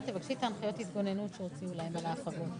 כפי שדווחה בדוח שהגיש לפי סעיף 131 לפקודה,